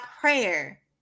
prayer